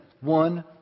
One